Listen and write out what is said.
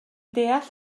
deall